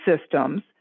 systems